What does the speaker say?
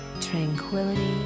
tranquility